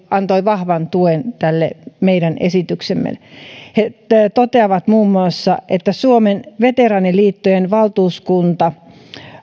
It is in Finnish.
antoi vahvan tuen tälle meidän esityksellemme he toteavat muun muassa että suomen veteraaniliittojen valtuuskunta